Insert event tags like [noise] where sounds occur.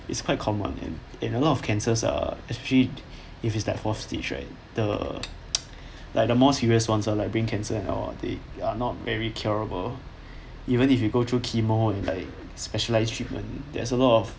it's quite common and and a lot of cancers are extreme if it's like fourth stage right the [noise] like the more serious [one] uh like being cancer and all they are not very curable even if you go through chemo and like specialized treatment there's a lot of